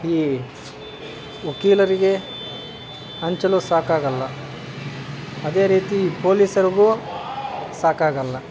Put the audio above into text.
ಈ ವಕೀಲರಿಗೆ ಹಂಚಲು ಸಾಕಾಗಲ್ಲ ಅದೇ ರೀತಿ ಪೋಲೀಸರಿಗೂ ಸಾಕಾಗಲ್ಲ